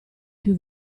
più